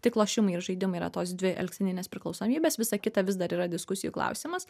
tik lošimai ir žaidimai yra tos dvi alksninės priklausomybės visa kita vis dar yra diskusijų klausimas